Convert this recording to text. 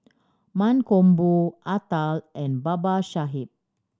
Mankombu Atal and Babasaheb